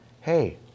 hey